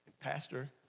pastor